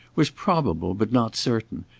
was probable but not certain,